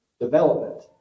development